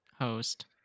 host